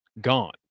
gone